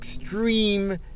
extreme